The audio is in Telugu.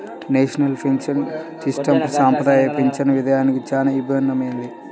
నేషనల్ పెన్షన్ సిస్టం సంప్రదాయ పింఛను విధానానికి చాలా భిన్నమైనది